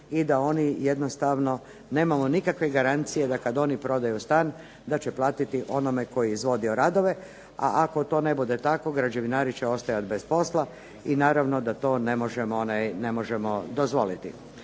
i da oni jednostavno nemaju nikakve garancije da kad oni prodaju stan da će platiti onome tko je izvodio radove, a ako to ne bude tako građevinari će ostajat bez posla i naravno da to ne možemo dozvoliti.